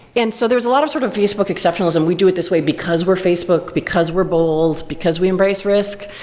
and so there's a lot of sort of facebook exceptionalism. we do it this way, because we're facebook, because we're bold, because we embrace risk.